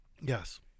Yes